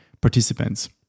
participants